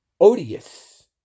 Odious